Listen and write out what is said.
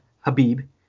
Habib